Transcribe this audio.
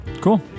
cool